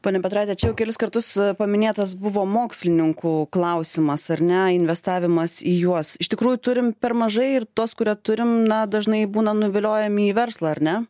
ponia petraite čia jau kelis kartus paminėtas buvo mokslininkų klausimas ar ne investavimas į juos iš tikrųjų turim per mažai ir tuos kurie turim na dažnai būna nuviliojami į verslą ar ne